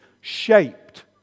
shaped